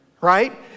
right